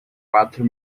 quatro